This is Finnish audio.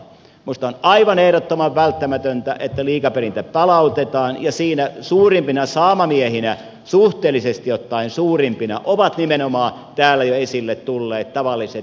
minusta on aivan ehdottoman välttämätöntä että liikaperintä palautetaan ja siinä suurimpina saamamiehinä suhteellisesti ottaen suurimpina ovat nimenomaan täällä jo esille tulleet tavalliset pienet yritykset